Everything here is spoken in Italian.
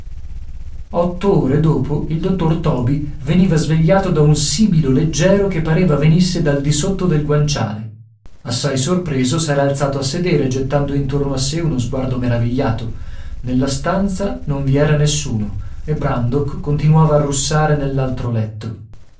otto ore dopo il dottor toby veniva svegliato da un sibilo leggero che pareva venisse dal disotto del guanciale assai sorpreso s'era alzato a sedere gettando intorno a sé uno sguardo meravigliato nella stanza non vi era nessuno e brandok continuava a russare nell'altro letto